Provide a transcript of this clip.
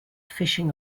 fishing